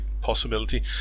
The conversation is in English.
possibility